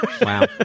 Wow